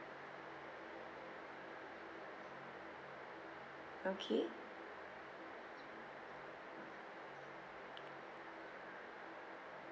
okay